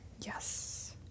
Yes